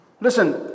Listen